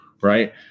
Right